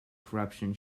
corruption